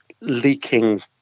leaking